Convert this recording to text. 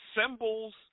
symbols